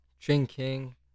Drinking